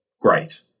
great